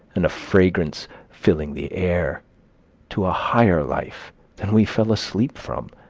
and a fragrance filling the air to a higher life than we fell asleep from